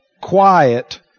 quiet